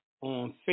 on